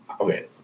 Okay